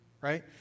Right